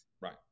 Right